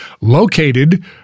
located